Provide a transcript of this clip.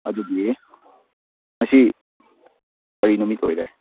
ꯑꯗꯨꯗꯤ ꯉꯁꯤ ꯀꯔꯤ ꯅꯨꯃꯤꯠ ꯑꯣꯏꯔꯦ